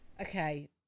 Okay